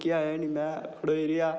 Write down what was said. मिगी आया गै नेईं में खड़ोई रेहा